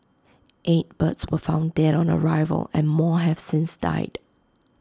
eight birds were found dead on arrival and more have since died